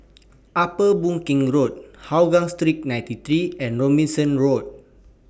Upper Boon Keng Road Hougang Street ninety three and Robinson Road